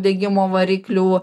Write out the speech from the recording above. degimo variklių